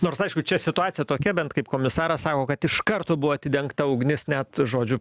nors aišku čia situacija tokia bent kaip komisaras sako kad iš karto buvo atidengta ugnis net žodžiu